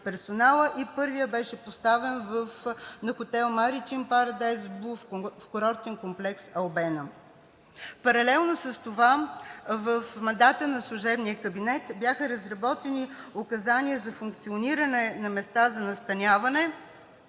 Първият беше поставен на хотел „Маритим Парадайс Блу“ в курортен комплекс „Албена“. Паралелно с това в мандата на служебния кабинет бяха разработени указания за функциониране на места за настаняване